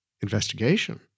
investigation